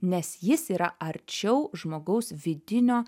nes jis yra arčiau žmogaus vidinio